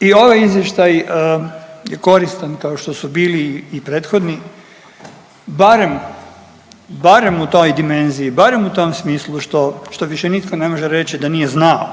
I ovaj izvještaj je koristan kao što su bili i prethodni barem u toj dimenziji, barem u tom smislu što više nitko ne može reći da nije znao